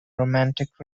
romantic